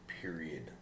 Period